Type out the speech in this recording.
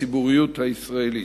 בציבוריות הישראלית.